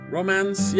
Romance